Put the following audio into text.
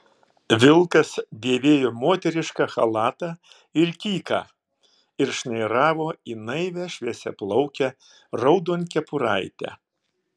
vilkas dėvėjo moterišką chalatą ir kyką ir šnairavo į naivią šviesiaplaukę raudonkepuraitę